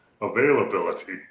availability